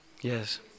Yes